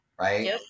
right